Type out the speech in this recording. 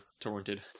torrented